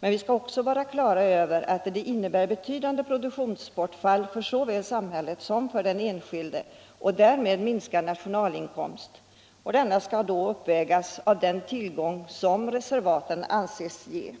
Men vi skall också vara på det klara med att det innebär betydande produktionsbortfall för såväl samhället som för den enskilde och därmed minskar nationalinkomsten. Denna minskning skall uppvägas av den tillgång som reservaten anses utgöra.